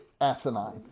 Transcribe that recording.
asinine